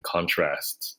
contrasts